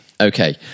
okay